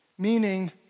Meaning